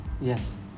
Yes